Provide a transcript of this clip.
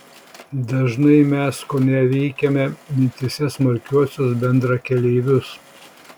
dažnai mes koneveikiame mintyse smarkiuosius bendrakeleivius